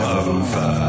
over